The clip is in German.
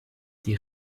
die